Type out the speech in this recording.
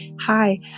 Hi